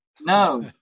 No